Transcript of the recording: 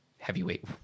heavyweight